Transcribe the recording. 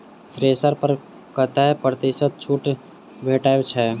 Thresher पर कतै प्रतिशत छूट भेटय छै?